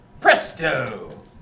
Presto